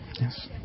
Yes